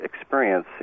experience